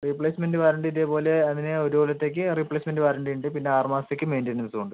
replacement warranty ഇതേപോലെ അതിന് ഒരു കൊല്ലത്തേക്ക് റീപ്ലേസ്മെൻറ്റ് വാറണ്ടി ഉണ്ട് പിന്ന ആറ് മാസത്തേക്ക് മെയിൻ്റനൻസും ഉണ്ട്